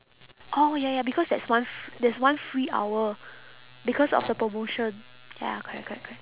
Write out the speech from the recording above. oh ya ya because there's one f~ there's one free hour because of the promotion ya correct correct correct